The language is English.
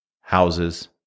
Houses